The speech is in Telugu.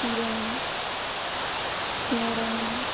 కిరణ్ చరణ్